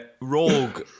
rogue